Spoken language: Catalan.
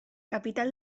capital